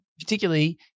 particularly